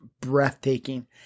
breathtaking